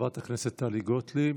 חברת הכנסת טלי גוטליב,